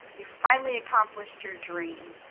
you finally accomplished your dream!